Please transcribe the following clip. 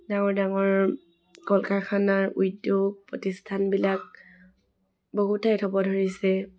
ডাঙৰ ডাঙৰ কল কাৰখানাৰ উদ্যোগ প্ৰতিষ্ঠানবিলাক বহু ঠাই হ'ব ধৰিছে